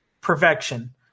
perfection